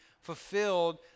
fulfilled